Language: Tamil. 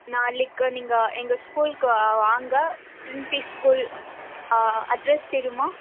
நாளைக்கு நீங்கள் எங்கள் ஸ்கூலுக்கு வாங்க ப்ரின்ஸி ஸ்கூல் அட்ரஸ் தெரியுமா